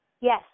Yes